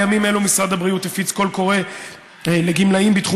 בימים אלה משרד הבריאות הפיץ קול קורא לגמלאים בתחום